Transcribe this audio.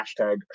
hashtag